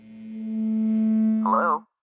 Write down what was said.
Hello